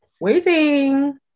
Waiting